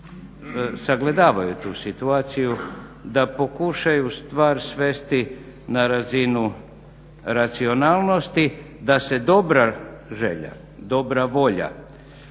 sagledavaju tu situaciju da pokušaju stvar svesti na razinu racionalnosti, da se dobra želja, dobra volja